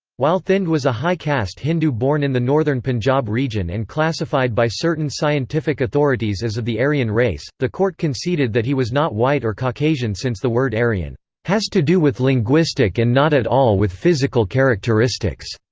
while thind was a high caste hindu born in the northern punjab region and classified by certain scientific authorities as of the aryan race, the court conceded that he was not white or caucasian since the word aryan has to do with linguistic and not at all with physical characteristics